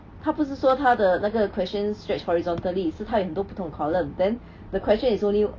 他不是说他的那个 question stretch horizontally 是他有很多不同的 column then the question is only